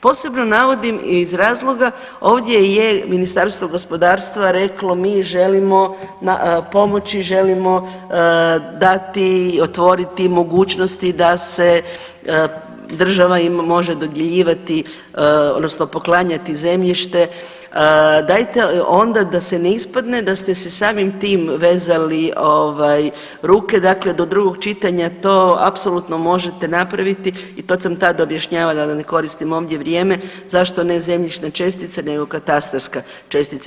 Posebno navodim iz razloga ovdje je Ministarstvo gospodarstva reklo mi želimo pomoći, želimo dati, otvoriti mogućnosti da se država im može dodjeljivati odnosno poklanjati zemljište dajte onda da se ne ispadne da ste se samim tim vezali ovaj ruke, dakle do drugog čitanja to apsolutno možete napraviti i to sad tad objašnjavala da ne koristim ovdje vrijeme zašto ne zemljišna čestica nego katastarska čestica.